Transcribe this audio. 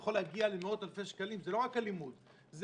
יכול להגיע למאות אלפי שקלים וזה לא רק הלימוד אלא זה